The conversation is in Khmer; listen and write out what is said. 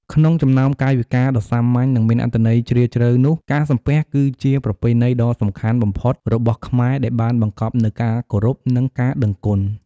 ក្នុងចំណោមកាយវិការដ៏សាមញ្ញ និងមានអត្ថន័យជ្រាលជ្រៅនោះ ការសំពះ គឺជាប្រពៃណីដ៏សំខាន់បំផុតរបស់ខ្មែរ ដែលបានបង្កប់នូវការគោរព និងការដឹងគុណ។